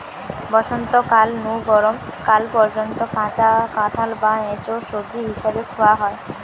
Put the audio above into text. বসন্তকাল নু গরম কাল পর্যন্ত কাঁচা কাঁঠাল বা ইচোড় সবজি হিসাবে খুয়া হয়